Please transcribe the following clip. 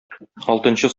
алтынчы